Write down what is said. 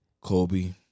Kobe